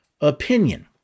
opinion